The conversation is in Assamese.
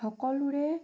সকলোৰে